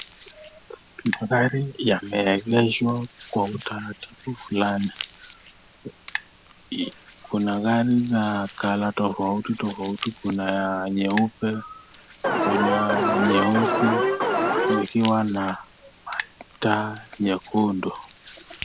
Magari yameegeshwa kwa utaratibu fulani. Kuna gari za colour tofautitofauti. Kuna ya nyeupe, kuna nyeusi zikiwa na taa nyekundu.